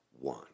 one